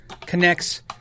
connects